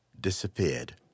disappeared